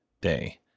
day